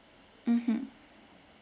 mmhmm